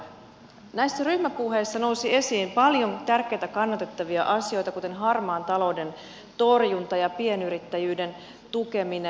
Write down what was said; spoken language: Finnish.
näissä ryhmäpuheissa nousi esiin paljon tärkeitä kannatettavia asioita kuten harmaan talouden torjunta ja pienyrittäjyyden tukeminen